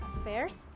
affairs